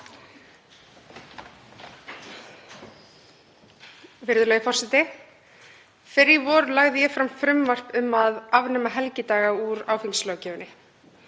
Virðulegur forseti. Fyrr í vor lagði ég fram frumvarp um að afnema helgidaga úr áfengislöggjöfinni.